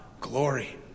glory